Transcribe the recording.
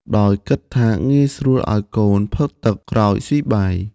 ដោយគិតថាងាយស្រួលឱ្យកូនផឹកទឹកក្រោយស៊ីបាយ។